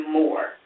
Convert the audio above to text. more